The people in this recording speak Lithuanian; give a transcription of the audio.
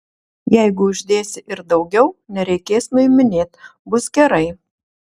jeigu uždėsi ir daugiau nereikės nuiminėt bus gerai